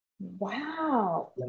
Wow